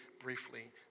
briefly